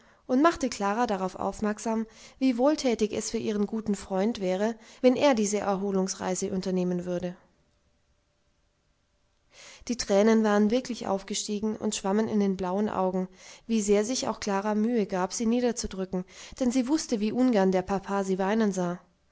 und machte klara darauf aufmerksam wie wohltätig es für ihren guten freund wäre wenn er diese erholungsreise unternehmen würde die tränen waren wirklich aufgestiegen und schwammen in den blauen augen wie sehr sich auch klara mühe gab sie niederzudrücken denn sie wußte wie ungern der papa sie weinen sah